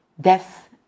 death